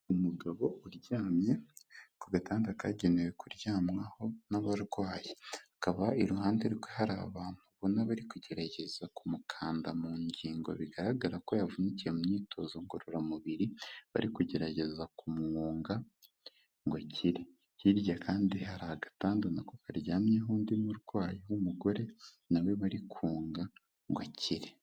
Umugabo uryamye ku gatanda kagenewe kuryamwaho n'abarwayi, akaba iruhande rwe hari abantu ubona bari kugerageza kumukanda mu ngingo bigaragara ko yavunikiye mu myitozo ngororamubiri, bari kugerageza kumwunga ngo akiri, hirya kandi hari agatanda na ko karyamyeho undi murwayi w'umugore na we bari kunga ngo akire.